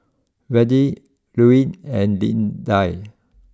Virdie Louie and Lidia